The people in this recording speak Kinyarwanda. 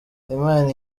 imana